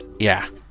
yeah,